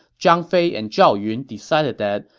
zhang fei and zhao yun decided that,